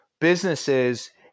businesses